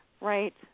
Right